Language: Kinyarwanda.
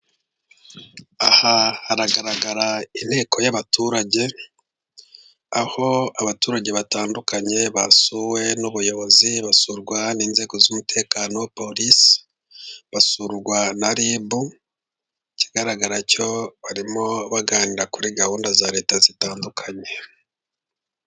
Aha haragaragara inteko y'abaturage aho abaturage batandukanye basuwe n'ubuyobozi, basurwa n'inzego z'umutekano polisi basurwa na ribu ikigaragara cyo barimo baganira kuri gahunda za Leta zitandukanye.